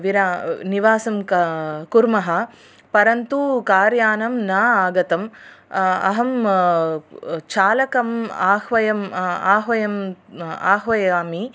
विरा निवासं क कुर्मः परन्तु कार् यानं न आगतम् अहं चालकम् आह्वयम् आह्वयम् आह्वयामि